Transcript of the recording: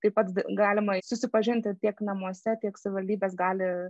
taip pat galima susipažinti tiek namuose tiek savivaldybės gali